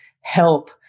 help